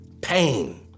pain